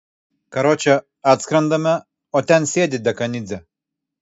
karoče atskrendame o ten sėdi dekanidzė